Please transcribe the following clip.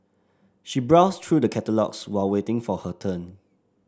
she browsed through the catalogues while waiting for her turn